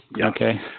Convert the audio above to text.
Okay